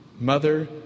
Mother